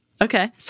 Okay